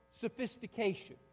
sophistication